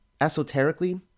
Esoterically